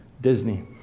Disney